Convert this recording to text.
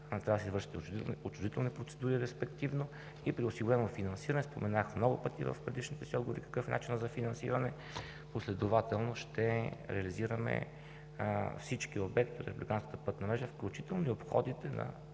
да се извършат отчуждителни процедури и при осигурено финансиране – споменах много пъти в предишните си отговори какъв е начинът за финансиране – последователно ще реализираме всички обекти от републиканската пътна мрежа, включително и обходите на